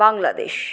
Bangladesh